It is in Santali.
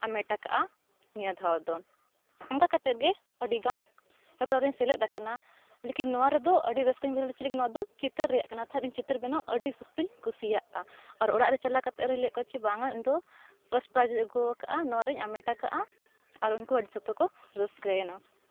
ᱦᱟᱢᱮᱴ ᱟᱠᱟᱫᱼᱟ ᱱᱤᱭᱟᱹ ᱫᱷᱟᱣ ᱫᱚ ᱚᱱᱠᱟ ᱠᱟᱛᱮᱫ ᱜᱮ ᱟᱹᱰᱤᱜᱟᱱ ᱦᱮᱯᱨᱟᱣ ᱨᱤᱧ ᱥᱮᱞᱮᱫ ᱟᱠᱟᱱᱟ ᱞᱮᱠᱤᱱ ᱱᱚᱣᱟ ᱨᱮᱫᱚ ᱟᱹᱰᱤ ᱨᱟᱹᱥᱠᱟᱹᱧ ᱵᱩᱡᱷᱟᱹᱣ ᱞᱮᱫᱟ ᱪᱮᱫ ᱞᱟᱹᱜᱤᱫ ᱱᱚᱣᱟ ᱫᱚ ᱪᱤᱛᱟᱹᱨ ᱨᱮᱭᱟᱜ ᱠᱟᱱᱟ ᱛᱚ ᱟᱨ ᱤᱧ ᱪᱤᱛᱟᱹᱨ ᱵᱮᱱᱟᱣ ᱟᱹᱰᱤ ᱥᱚᱠᱛᱚᱧ ᱠᱩᱥᱤᱭᱟᱜᱼᱟ ᱟᱨ ᱚᱲᱟᱜ ᱨᱮ ᱪᱟᱞᱟᱣ ᱠᱟᱛᱮᱧ ᱞᱟᱹᱭᱟᱫ ᱠᱚᱣᱟ ᱡᱮ ᱵᱟᱝᱟ ᱤᱧ ᱫᱚ ᱯᱷᱟᱥᱴ ᱯᱨᱟᱭᱤᱡᱽ ᱤᱧ ᱟᱹᱜᱩ ᱟᱠᱟᱫᱼᱟ ᱱᱚᱣᱟ ᱨᱤᱧ ᱦᱟᱢᱮᱴ ᱟᱠᱟᱫᱼᱟ ᱟᱨ ᱩᱱᱠᱩ ᱦᱚᱸ ᱟᱹᱰᱤ ᱥᱚᱠᱛᱚ ᱠᱚ ᱨᱟᱹᱥᱠᱟᱹᱭᱮᱱᱟ